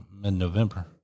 mid-November